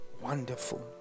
Wonderful